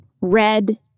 red